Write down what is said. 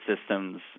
systems